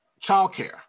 childcare